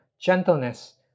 gentleness